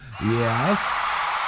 Yes